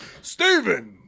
Steven